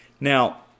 now